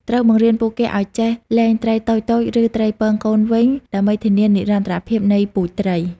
ត្រូវបង្រៀនពួកគេឱ្យចេះ លែងត្រី តូចៗ ឬត្រីពងកូនវិញដើម្បីធានានិរន្តរភាពនៃពូជត្រី។